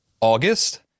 August